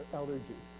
allergy